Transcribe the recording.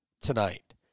tonight